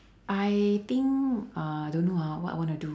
I think uh don't know ah what I want to do